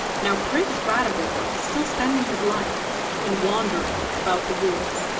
now prince ratibor was still spending his life in wandering about the woods,